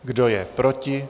Kdo je proti?